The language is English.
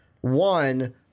one